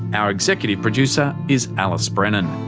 our executive producer is alice brennan.